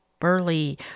burly